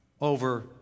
over